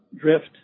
drift